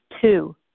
Two